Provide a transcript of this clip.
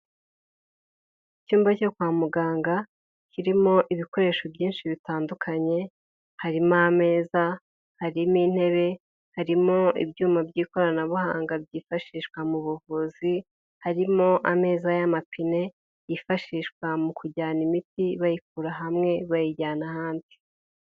Icyumba cyo kwa muganga, kirimo ibikoresho byinshi bitandukanye, harimo ameza, harimo intebe, harimo ibyuma by'ikoranabuhanga byifashishwa mu buvuzi, harimo ameza y'amapine, yifashishwa mu kujyana imiti, bayikura hamwe bayijyana ahandi.